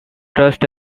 trusts